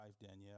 Danielle